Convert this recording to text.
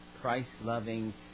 Christ-loving